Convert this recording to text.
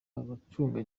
abacunga